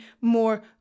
more